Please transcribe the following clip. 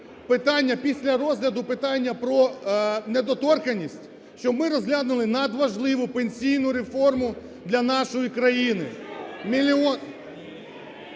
питання після розгляду питання про недоторканність, щоб ми розглянули надважливу пенсійну реформу для нашої країни.